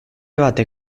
batek